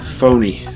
phony